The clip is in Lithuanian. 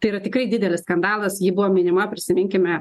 tai yra tikrai didelis skandalas ji buvo minima prisiminkime